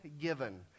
given